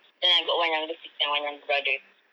then I got one younger sister and one younger brother